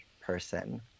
person